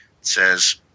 says